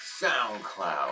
SoundCloud